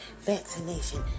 vaccination